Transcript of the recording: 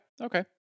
Okay